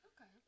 Okay